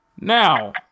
Now